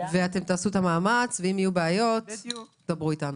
אתם תעשו את המאמץ, ואם יהיו בעיות, דברו אתנו.